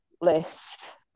list